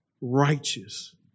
righteous